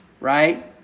right